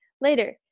Later